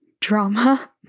drama